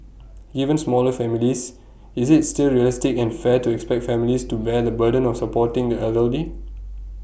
given smaller families is IT still realistic and fair to expect families to bear the burden of supporting the elderly